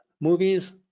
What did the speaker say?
movies